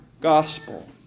gospel